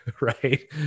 Right